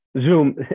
Zoom